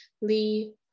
Lee